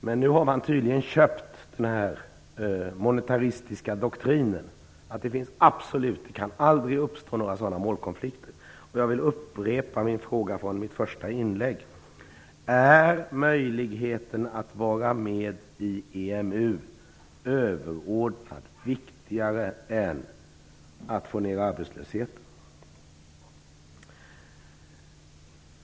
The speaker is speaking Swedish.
Men nu har man tydligen köpt den här monetaristiska doktrinen att det aldrig kan uppstå några sådana målkonflikter. Jag vill upprepa min fråga från mitt första inlägg. Är möjligheten att vara med i EMU överordnad och viktigare än att få ned arbetslösheten?